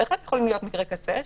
בהחלט יכולים להיות מקרי קצה,